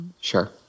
Sure